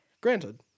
granted